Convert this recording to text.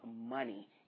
money